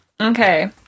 Okay